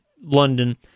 london